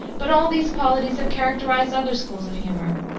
but all these qualities have characterized other schools of humor.